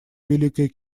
великое